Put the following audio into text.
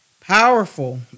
powerful